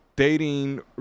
Dating